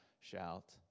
shalt